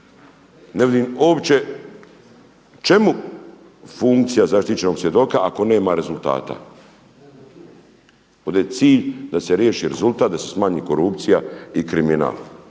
ne vidim uopće čemu funkcija zaštićenih svjedoka ako nema rezultata. Ovdje je cilj da se riješi rezultat da se smanji korupcija i kriminal